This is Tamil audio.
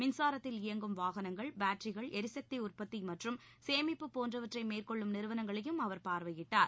மின்சாரத்தில் இயங்கும் வாகனங்கள் பேட்ரிகள் எரிசக்தி உற்பத்தி மற்றும் சேமிப்பு போன்றவற்றை மேற்கொள்ளும் நிறுவனங்களையும் அவர் பார்வையிட்டார்